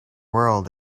world